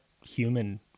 human